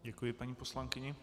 Děkuji paní poslankyni.